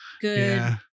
Good